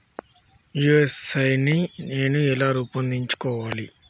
UPI నేను ఎలా రూపొందించుకోవాలి?